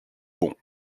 bon